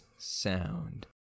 sound